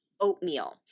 oatmeal